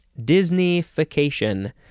Disneyfication